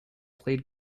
played